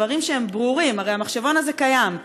דברים שהם ברורים: הרי המחשבון הזה קיים,